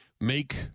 make